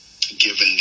given